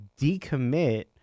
decommit